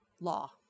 Law